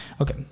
Okay